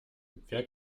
wer